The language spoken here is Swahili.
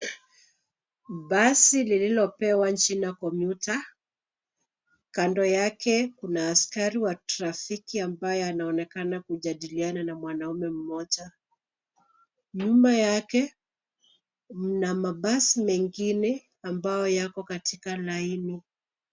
Basi lililopewa jina Commuter . Kando yake kuna askari wa trafiki ambaye anaonekana kujadiliana na mwanaume mmoja. Nyuma yake mna mabasi mengine ambayo yako katika laini.